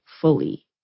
fully